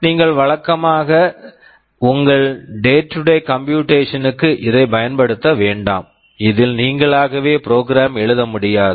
நீங்கள் வழக்கமாக உங்கள் day to day day to day computation computation க்கு இதைப் பயன்படுத்த வேண்டாம் இதில் நீங்களாகவே ப்ரோக்ராம் program எழுத முடியாது